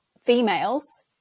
females